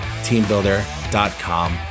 teambuilder.com